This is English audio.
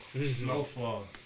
Snowfall